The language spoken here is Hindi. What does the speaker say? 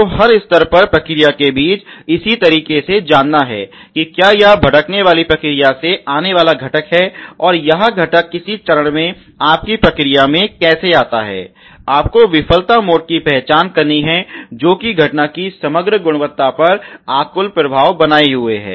तो हर स्तर पर प्रक्रिया के बीच इसी तरीके से जानना है कि क्या यह एक भटकने वाली प्रक्रिया से आने वाला घटक है और यह एक घटक किसी चरण में आपकी प्रक्रिया में कैसे आता है आपको विफलता मोड की पहचान करनी है जो कि घटना की समग्र गुणवत्ता पर आकुल प्रभाव बनाये हुए है